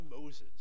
Moses